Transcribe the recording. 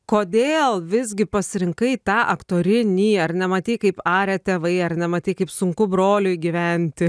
kodėl visgi pasirinkai tą aktorinį ar nematei kaip aria tėvai ar nematei kaip sunku broliui gyventi